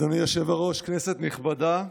אדוני היושב-ראש, כנסת נכבדה,